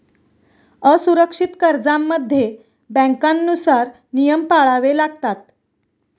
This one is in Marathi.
असुरक्षित कर्जांमध्ये बँकांनुसार नियम पाळावे लागतात